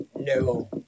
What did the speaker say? no